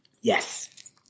Yes